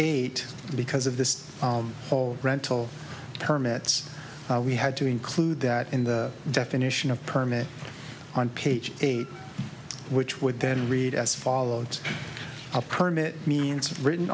eight because of this whole rental permits we had to include that in the definition of permit on page eight which would then read as follows a permit means of written